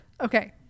okay